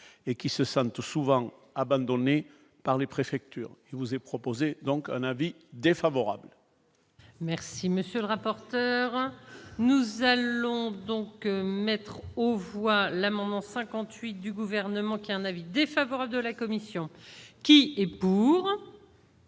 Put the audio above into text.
et qui se sentent souvent abandonnés par les préfectures, je vous ai proposé donc un avis défavorable. Merci, monsieur le rapporteur, nous allons donc mettre aux voix l'amendement 58 du gouvernement qui a un avis défavorable de la commission qui est pour.